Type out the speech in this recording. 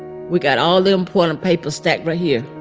we got all the important papers stacked right here.